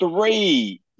three